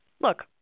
look